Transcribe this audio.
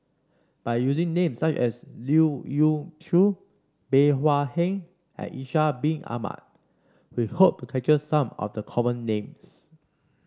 by using names such as Leu Yew Chye Bey Hua Heng and Ishak Bin Ahmad we hope capture some of the common names